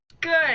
Good